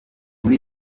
muri